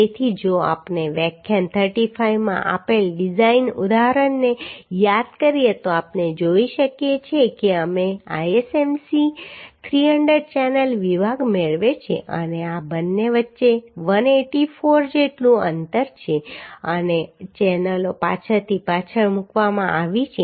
તેથી જો આપણે વ્યાખ્યાન 35 માં આપેલ ડિઝાઇન ઉદાહરણને યાદ કરીએ તો આપણે જોઈ શકીએ છીએ કે અમે ISMC 300 ચેનલ વિભાગ મેળવ્યો છે અને આ બંને વચ્ચે 184 જેટલું અંતર છે અને ચેનલો પાછળથી પાછળ મૂકવામાં આવી છે